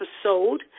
episode